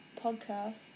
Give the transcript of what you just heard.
podcast